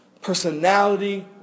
personality